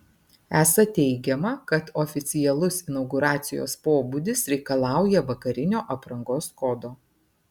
esą teigiama kad oficialus inauguracijos pobūdis reikalauja vakarinio aprangos kodo